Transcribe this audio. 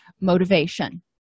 motivation